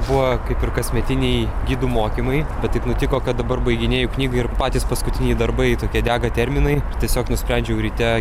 buvo kaip ir kasmetiniai gidų mokymai bet taip nutiko kad dabar baiginėju knygų ir patys paskutiniai darbai tokie dega terminai tiesiog nusprendžiau ryte